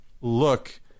look